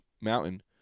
mountain